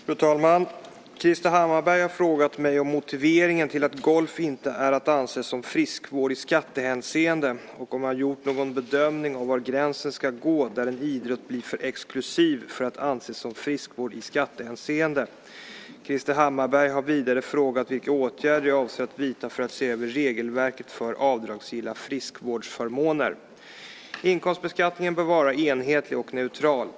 Fru talman! Krister Hammarbergh har frågat mig om motiveringen till att golf inte är att anse som friskvård i skattehänseende och om jag har gjort någon bedömning av var gränsen ska gå där en idrott blir för exklusiv för att anses som friskvård i skattehänseende. Krister Hammarbergh har vidare frågat vilka åtgärder jag avser att vidta för att se över regelverket för avdragsgilla friskvårdsförmåner. Inkomstbeskattningen bör vara enhetlig och neutral.